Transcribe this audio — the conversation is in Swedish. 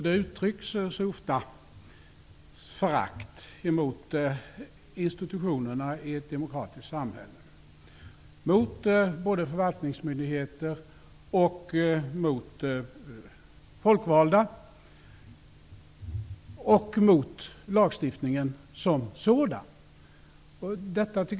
Det uttrycks ofta förakt emot institutionerna i ett demokratiskt samhälle. Det gäller mot förvaltningsmyndigheter, mot folkvalda och mot lagstiftningen som sådan.